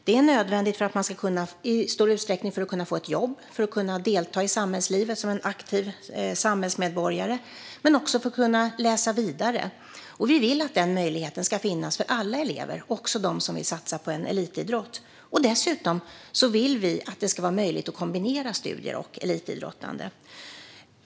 Det är nödvändigt för att man ska kunna få ett jobb och delta i samhällslivet som en aktiv samhällsmedborgare. Det är också nödvändigt för att man ska kunna läsa vidare. Vi vill att den möjligheten ska finnas för alla elever, också för dem som vill satsa på en elitidrott. Dessutom vill vi att det ska vara möjligt att kombinera studier och elitidrottande.